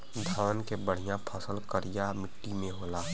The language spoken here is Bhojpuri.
धान के बढ़िया फसल करिया मट्टी में होला